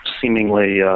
seemingly